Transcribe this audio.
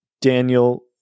Daniel